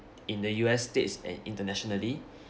in the U_S states and internationally